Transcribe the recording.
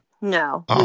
No